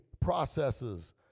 processes